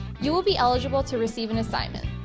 you will be eligible to receive an assignment.